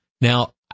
Now